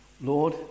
Lord